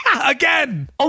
Again